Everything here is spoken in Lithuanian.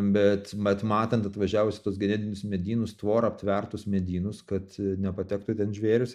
bet bet matant atvažiavus į tuos genetinius medynus tvora aptvertus medynus kad nepatektų ten žvėrys